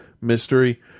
Mystery